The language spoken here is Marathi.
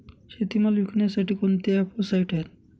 शेतीमाल विकण्यासाठी कोणते ॲप व साईट आहेत?